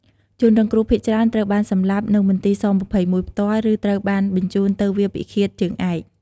ជនរងគ្រោះភាគច្រើនត្រូវបានសម្លាប់នៅមន្ទីរ ស-២១ ផ្ទាល់ ឬត្រូវបានបញ្ជូនទៅវាលពិឃាតជើងឯក។